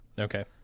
Okay